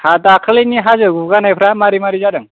हा दाखालिनि हाजो गुगानायफ्रा मारै मारै जादों